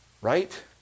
right